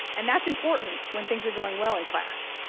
and that's important when things are going well in class.